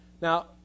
Now